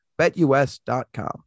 BETUS.com